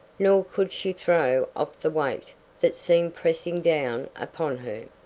nor could she throw off the weight that seemed pressing down upon her.